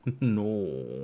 No